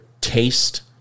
taste